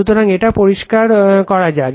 সুতরাং এটা পরিষ্কার করা যাক